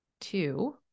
two